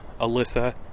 Alyssa